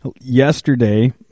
yesterday